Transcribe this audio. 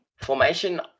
Formation